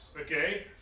Okay